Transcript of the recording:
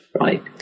right